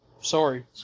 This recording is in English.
Sorry